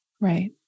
Right